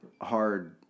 hard